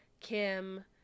Kim